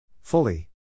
Fully